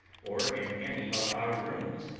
or in any of our rooms.